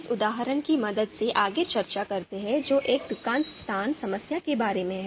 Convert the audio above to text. इस उदाहरण की मदद से आगे चर्चा करते हैं जो एक दुकान स्थान समस्या के बारे में है